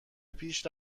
پیش